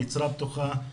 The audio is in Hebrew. נצרה פתוחה,